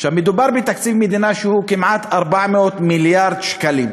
מדובר בתקציב מדינה שהוא כמעט 400 מיליארד שקלים.